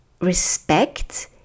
respect